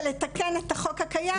זה לתקן את החוק הקיים.